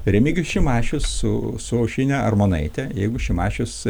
remigijus šimašius su aušrine armonaitė jeigu šimašius